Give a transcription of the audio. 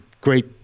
great